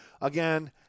again